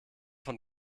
von